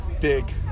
Big